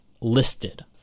listed